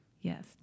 Yes